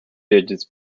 digits